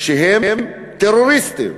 שהם טרוריסטים.